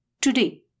today